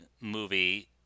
movie